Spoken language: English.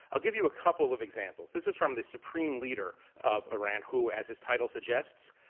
i'll give you a couple of examples. this is from the supreme leader of iran, who, as his title suggests,